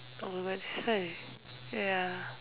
on website ya